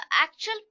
actual